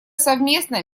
совместно